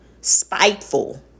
spiteful